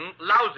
lousy